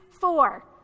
four